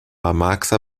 schweizer